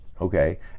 okay